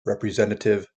representative